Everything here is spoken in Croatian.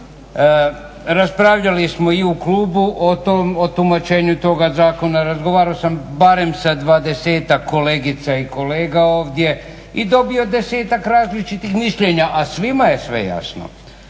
Raspravljali smo i u klubu o tumačenju toga zakona, razgovarao sam barem sa 20-tak kolegica i kolega ovdje i dobio 20-tak različitih mišljenja, a svima je sve jasno.